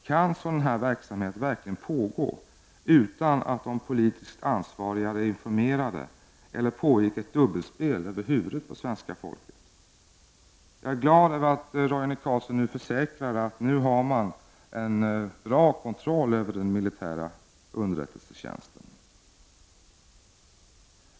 Kan sådan verksamhet verkligen pågå utan att de politiskt ansvariga är informerade, eller pågick ett dubbelspel över huvudet på svenska folket? Jag är glad över att Roine Carlsson försäkrar att man nu har en bra kontroll över den militära underrättelsetjänsten.